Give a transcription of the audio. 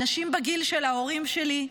אנשים בגיל של ההורים שלי,